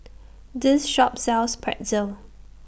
This Shop sells Pretzel